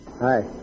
Hi